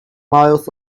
miles